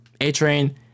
A-Train